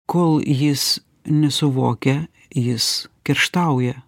kol jis nesuvokia jis kerštauja